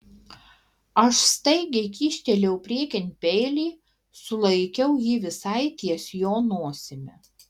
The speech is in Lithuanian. aš staigiai kyštelėjau priekin peilį sulaikiau jį visai ties jo nosimi